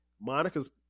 Monica's